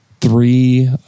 three